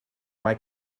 mae